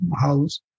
house